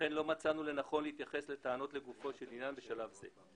לכן לא מצאנו לנכון להתייחס לטענות לגופו של עניין בשלב זה.